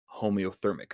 homeothermic